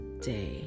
day